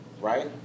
right